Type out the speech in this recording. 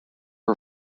are